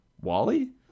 Wally